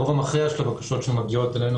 הרוב המכריע של הבקשות שמגיעות אלינו,